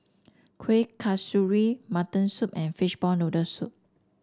Kuih Kasturi Mutton Soup and Fishball Noodle Soup